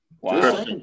Wow